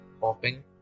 popping